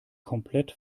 komplett